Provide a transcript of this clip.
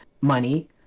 money